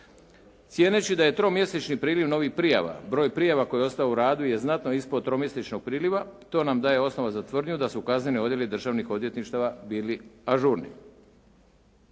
Cijeneći da je tromjesečni priljev novih prijava, broj prijava koji je ostao u radu, je znatno ispod tromjesečnog priliva, to nam daje osnova za tvrdnju da su kaznene odredbe državnih odvjetništava bili ažurni.